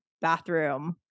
bathroom